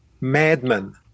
madman